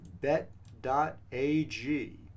bet.ag